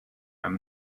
him